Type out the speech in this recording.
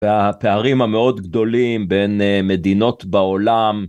והפערים המאוד גדולים בין מדינות בעולם.